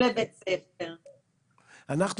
לכן,